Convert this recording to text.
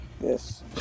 yes